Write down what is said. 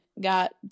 got